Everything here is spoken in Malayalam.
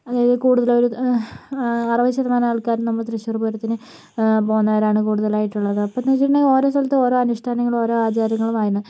അതിൽ കൂടുതലൊരു അറുപത് ശതമാനം ആൾക്കാരും നമ്മള് തൃശൂർ പൂരത്തിന് പോകുന്നവരാണ് കൂടുതലായിട്ടുള്ളത് അപ്പോൾ എന്ന് വെച്ചിട്ടുണ്ടെങ്കിൽ ഓരോ സ്ഥലത്തും ഓരോ അനുഷ്ഠാനങ്ങളും ഓരോ ആചാരങ്ങളും ആണ്